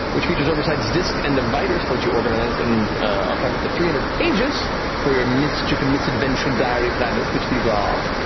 which features oversize discs and dividers that let you organize and archive up to three hundred pages for your mischief and misadventure diary planners, which these are.